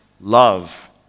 love